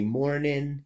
morning